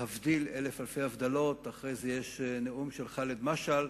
להבדיל אלף אלפי הבדלות אחרי זה יש נאום של ח'אלד משעל,